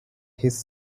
his